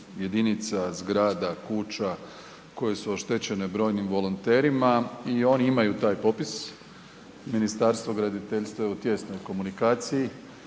jedinica, zgrada, kuća koje su oštećene, brojnim volonterima i oni imaju taj popis, Ministarstvo graditeljstva je u tijesnoj komunikaciji